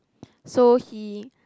so he